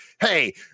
hey